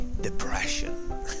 depression